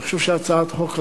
אני חושב שהצעת החוק הזאת,